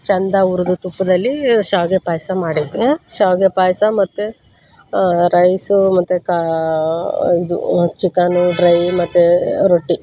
ಛಂದ ಹುರ್ದು ತುಪ್ಪದಲ್ಲಿ ಶಾವಿಗೆ ಪಾಯಸ ಮಾಡಿದ್ದೆ ಶಾವಿಗೆ ಪಾಯ್ಸ ಮತ್ತು ರೈಸು ಮತ್ತು ಕಾ ಇದು ಚಿಕನ್ನು ಡ್ರೈ ಮತ್ತು ರೊಟ್ಟಿ